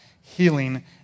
healing